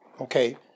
okay